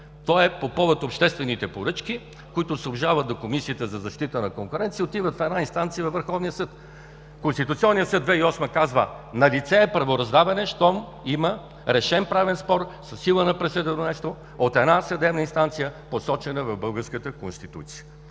То е по повод обществените поръчки, които се обжалват до Комисията за защита на конкуренцията и отиват в една инстанция във Върховния съд. Конституционният съд през 2008 г. казва: „Налице е правораздаване, щом има решен правен спор със сила на присъдено нещо от една съдебна инстанция, посочена в българската Конституция“.